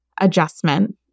adjustment